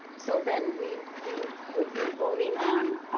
so then we we would be voting on,